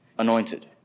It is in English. Anointed